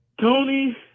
Tony